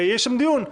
ויש שם דיון.